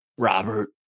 Robert